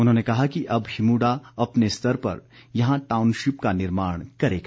उन्होंने कहा कि अब हिमुडा अपने स्तर पर यहां टाउनशिप का निर्माण करेगा